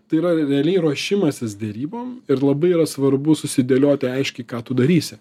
tai yra realiai ruošimasis derybom ir labai yra svarbu susidėlioti aiškiai ką tu darysi